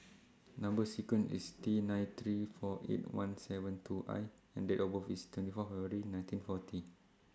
Number sequence IS T nine three four eight one seven two I and Date of birth IS twenty four February nineteen forty